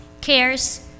cares